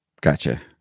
Gotcha